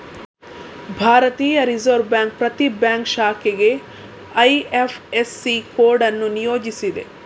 ಭಾರತೀಯ reserve bank ಪ್ರತಿ bank ಶಾಖೆಗೆ ಐ.ಎಫ್.ಎಸ್.ಸಿ ಕೋಡ್ ಅನ್ನು ನಿಯೋಜಿಸಿದೆ